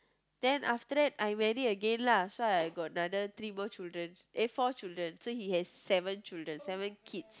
then after that I marry again lah so I got another three more children eh four children so he has seven children seven kids